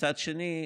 ומצד שני,